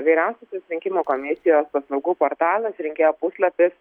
vyriausiosios rinkimų komisijos paslaugų portalas rinkėjo puslapis